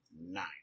Nine